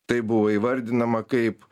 tai buvo įvardinama kaip